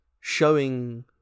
showing